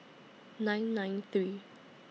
nine nine three